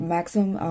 Maximum